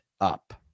up